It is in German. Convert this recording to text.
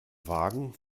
wagen